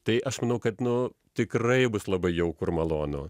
tai aš manau kad nu tikrai bus labai jauku ir malonu